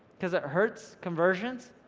cause it hurts conversions.